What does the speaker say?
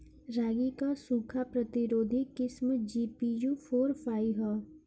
रागी क सूखा प्रतिरोधी किस्म जी.पी.यू फोर फाइव ह?